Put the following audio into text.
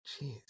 jeez